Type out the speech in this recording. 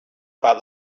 about